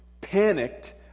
panicked